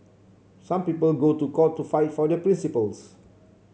some people go to court to fight for their principles